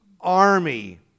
army